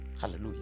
Hallelujah